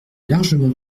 largement